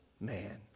man